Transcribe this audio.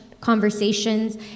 conversations